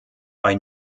bei